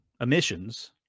emissions